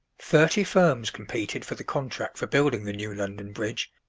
thirty firms competed for the contract for building the new london bridge,